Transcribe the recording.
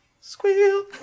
squeal